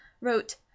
wrote